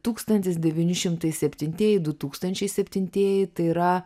tūkstantis devyni šimtai septintieji du tūkstančiai septintieji tai yra